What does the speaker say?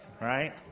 right